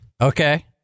Okay